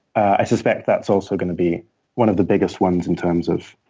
i suspect that's also going to be one of the biggest ones in terms of